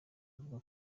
avuga